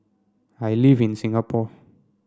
I live in Singapore